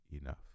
enough